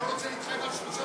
אני רוצה לדבר לשר החינוך,